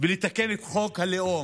ולתקן את חוק הלאום,